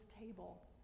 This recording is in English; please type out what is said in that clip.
table